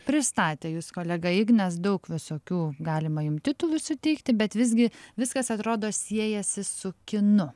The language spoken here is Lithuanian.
pristatė jus kolega ignas daug visokių galima jum titulų suteikti bet visgi viskas atrodo siejasi su kinu